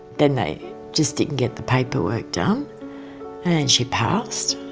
then they just didn't get the paperwork done and she passed,